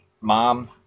mom